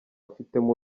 abifitemo